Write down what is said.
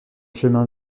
chemin